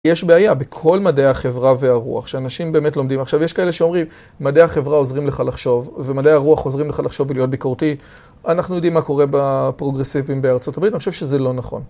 יש בעיה בכל מדעי החברה והרוח, שאנשים באמת לומדים. עכשיו, יש כאלה שאומרים, מדעי החברה עוזרים לך לחשוב, ומדעי הרוח עוזרים לך לחשוב ולהיות ביקורתי. אנחנו יודעים מה קורה בפרוגרסיבים בארה״ב, אני חושב שזה לא נכון.